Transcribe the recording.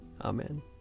Amen